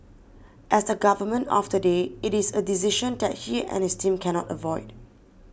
as the Government of the day it is a decision that he and his team cannot avoid